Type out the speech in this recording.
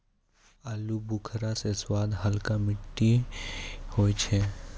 आलूबुखारा के स्वाद हल्का खट्टा मीठा होय छै